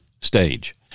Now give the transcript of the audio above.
stage